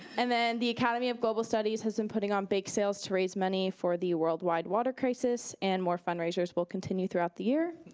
and then the academy of global studies has been putting on bake sales to raise money for the world wide water crisis and more fundraisers will continue throughout the year.